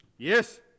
Yes